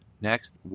next